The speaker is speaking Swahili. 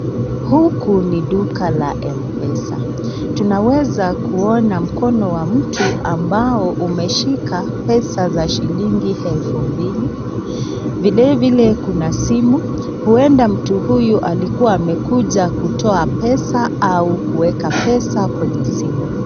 Huku ni duka la mpesa. Tunaweza kuona mkono wa mtu ambao umeshika pesa za shilingi elfu mbili, vilevile kuna simu. Huenda mtu huyu alikuwa amekuja kutoa pea au kuweka pesa kwenye simu.